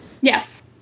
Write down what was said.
Yes